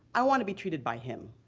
i want to be treated by him.